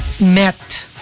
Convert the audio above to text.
met